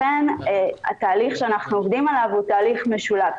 לכן התהליך שאנחנו עובדים עליו הוא תהליך משולב,